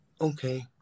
Okay